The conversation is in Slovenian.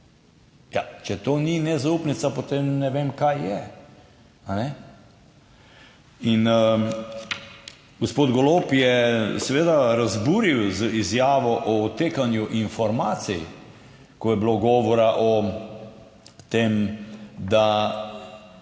če to ni nezaupnica, potem ne vem, kaj je. In gospod Golob je seveda razburil z izjavo o odtekanju informacij, ko je bilo govora o tem, da